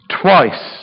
Twice